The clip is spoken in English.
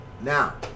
Now